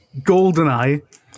GoldenEye